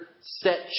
set